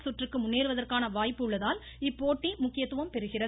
ப் சுற்றுக்கு முன்னேறுவதற்கான வாய்ப்பு உள்ளதால் இப்போட்டி முக்கியத்துவம் பெறுகிறது